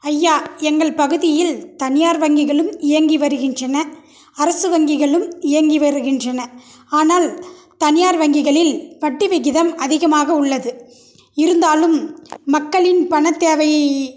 ஐயா எங்கள் பகுதியில் தனியார் வங்கிகளும் இயங்கி வருகின்றன அரசு வங்கிகளும் இயங்கி வருகின்றன ஆனால் தனியார் வங்கிகளில் வட்டி விகிதம் அதிகமாக உள்ளது இருந்தாலும் மக்களின் பணத் தேவையை